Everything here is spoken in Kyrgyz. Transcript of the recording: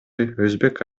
өзбек